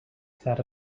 sat